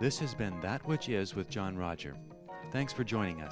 this is bend that which is with john roger thanks for joining